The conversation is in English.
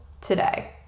today